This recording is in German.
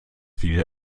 wieder